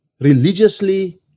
religiously